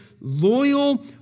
loyal